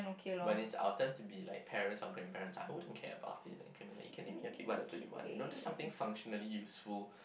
when is our turn to be like parents or grandparents I want to care about it okay you can name your kids whatever you want just something functionally useful